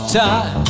time